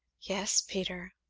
yes, peter,